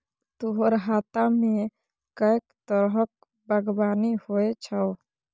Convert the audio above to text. तोहर हातामे कैक तरहक बागवानी होए छौ